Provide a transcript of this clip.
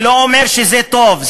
זה לא אומר שזה טוב,